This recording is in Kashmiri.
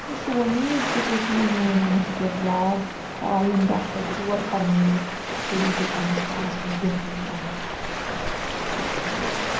مےٚ چھُ وۅمیٖد زِ تُہۍ تھٲیِو میٛٲنۍ یہِ نصیٖحت یاد تہٕ آینٛدٕ اَتھ پٮ۪ٹھ غور فرمٲوِتھ کٔرِو تُہۍ پنٕنِس پانَس منٛز بہتری اَننٕچ کوٗشِش شُکریہ